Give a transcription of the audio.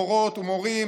מורות ומורים,